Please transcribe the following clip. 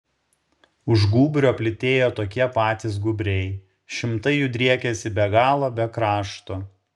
už gūbrio plytėjo tokie patys gūbriai šimtai jų driekėsi be galo be krašto